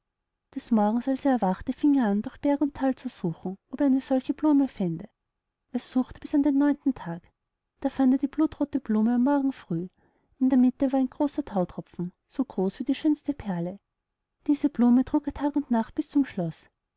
des morgens als er erwachte fing er an durch berg und thal zu suchen ob er eine solche blume fände er suchte bis an den neunten tag da fand er die blutrothe blume am morgen früh in der mitte war ein großer thautropfe so groß wie die schönste perle diese blume trug er tag und nacht bis zum schloß